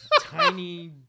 tiny